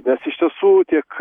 nes iš visų tiek